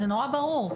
זה נורא ברור.